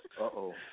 Uh-oh